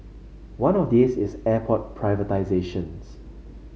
one of these is airport privatisations